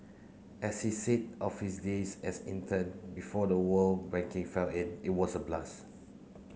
as he said of his days as intern before the world banking fell it it was a blast